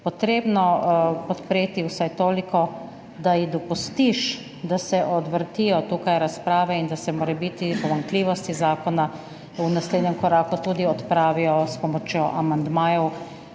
treba podpreti vsaj toliko, da ji dopustiš, da se odvrtijo tukaj razprave in da se morebitne pomanjkljivosti zakona v naslednjem koraku tudi odpravijo s pomočjo amandmajev,